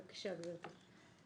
בבקשה, גבירתי.